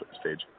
stage